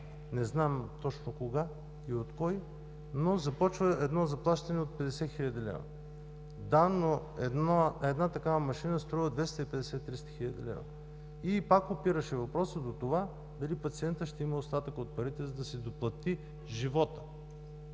не знам точно кога и от кого, но започва едно заплащане от 50 хил. лв. Да, но една такава машина струва 250 – 300 хил. лв. и пак опираше въпросът до това дали пациента ще има остатъка от парите, за да си доплати живота.